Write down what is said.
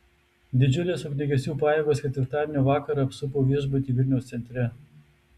didžiulės ugniagesių pajėgos ketvirtadienio vakarą apsupo viešbutį vilniaus centre